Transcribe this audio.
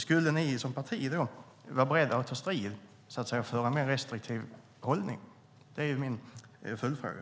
Skulle ni som parti vara beredda att ta strid för en mer restriktiv hållning? Det är min följdfråga.